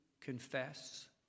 confess